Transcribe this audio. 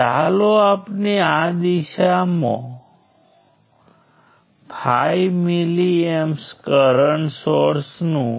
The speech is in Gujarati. અમારી પાસે N નોડ્સ અને B બ્રાન્ચીઝ સાથેની સર્કિટ છે અને N નોડ્સવાળી સર્કિટમાં ટ્રીમાં N માઇનસ 1 બ્રાન્ચીઝ હશે